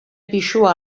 pisua